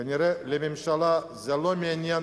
כנראה את הממשלה זה לא מעניין,